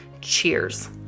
Cheers